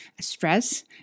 stress